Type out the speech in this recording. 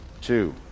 two